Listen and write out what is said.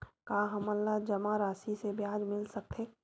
का हमन ला जमा राशि से ब्याज मिल सकथे?